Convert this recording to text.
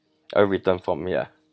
a written form ya